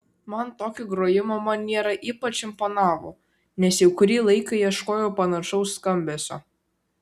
man tokia grojimo maniera ypač imponavo nes jau kurį laiką ieškojau panašaus skambesio